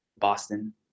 Boston